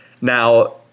Now